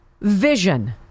vision